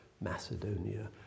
Macedonia